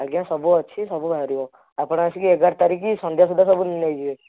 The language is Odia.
ଆଜ୍ଞା ସବୁଅଛି ସବୁ ବାହାରିବ ଆପଣ ଆସିକି ଏଗାର ତାରିଖ୍ ସନ୍ଧ୍ୟା ସୁଦ୍ଧା ସବୁ ନେଇଯିବେ